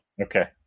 Okay